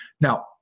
Now